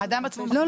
לא,